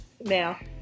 now